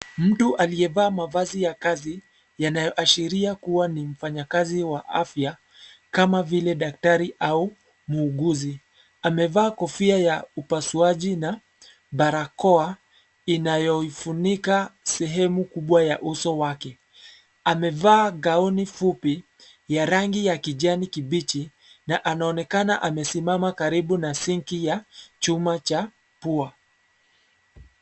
Mtu aliyevaa mavazi ya kazi, yanayoashiria kuwa ni mfanyakazi wa afya, kama vile daktari au, muuguzi, amevaa kofia ya upasuaji na, barakoa, inayoifunika, sehemu kubwa ya uso wake, amevaa gauni fupi, ya rangi ya kijani kibichi, na anaonekana amesimama karibu na sinki ya, chuma cha, pua.